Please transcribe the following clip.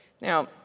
Now